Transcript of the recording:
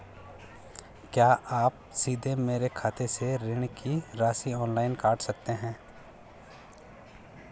क्या आप सीधे मेरे खाते से ऋण की राशि ऑनलाइन काट सकते हैं?